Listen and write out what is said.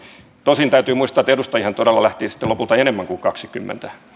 tosin täytyy muistaa että edustajiahan todella lähti sitten lopulta enemmän kuin kaksikymmentä